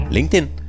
LinkedIn